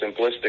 simplistic